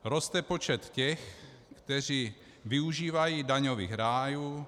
Roste počet těch, kteří využívají daňových rájů.